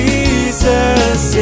Jesus